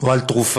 או על תרופה,